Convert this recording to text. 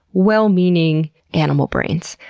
well-meaning animal brains.